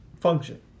function